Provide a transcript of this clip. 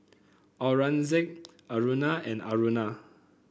Aurangzeb Aruna and Aruna